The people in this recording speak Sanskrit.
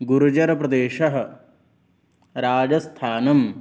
गुर्जरप्रदेशः राजस्थानम्